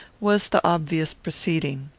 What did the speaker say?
was the obvious proceeding.